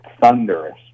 thunderous